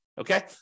okay